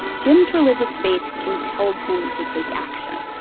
jim's religious faith compelled him to take action.